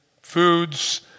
foods